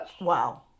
Wow